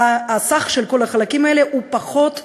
כשסך כל החלקים האלה הוא פחות מהשלם.